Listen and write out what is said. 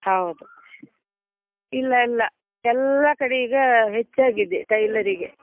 ಹೌದು ಇಲ್ಲ ಇಲ್ಲ ಎಲ್ಲ ಕಡೆ ಈಗ ಹೆಚ್ಚಾಗಿದೆ ಟೈಲರಿಗೆ